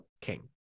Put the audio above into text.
king